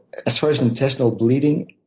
as far as intestinal bleeding,